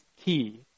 key